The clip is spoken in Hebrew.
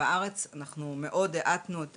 בארץ אנחנו מאוד האטנו את